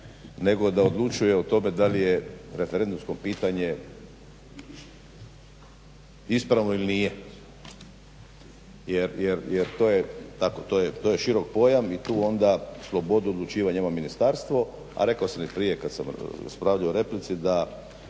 nego da odlučuje o tome da li je referendumsko pitanje ispravno ili nije, jer to je, tako to je širok pojam, i tu onda slobodu odlučivanja ima ministarstvo, a rekao sam i prije kad sam raspravljao u replici da